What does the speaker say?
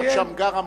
צריך לקיים.